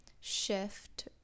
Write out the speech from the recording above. Shift